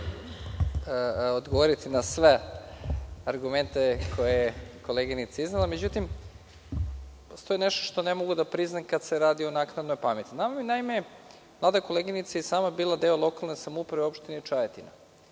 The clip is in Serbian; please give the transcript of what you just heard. odgovoriti na sve argumente koje je koleginica iznela. Međutim, postoji nešto što ne mogu da priznam kada se radi o naknadnoj pameti. Naime, mlada koleginica je i sama bila deo lokalne samouprave u Opštini Čajetina.